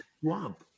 swamp